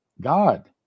God